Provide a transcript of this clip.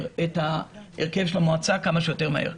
את ההרכב של המועצה כמה שיותר מהר.